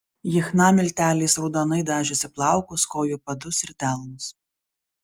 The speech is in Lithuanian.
ji chna milteliais raudonai dažėsi plaukus kojų padus ir delnus